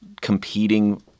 competing